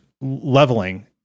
leveling